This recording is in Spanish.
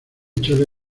chole